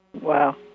Wow